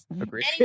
Agreed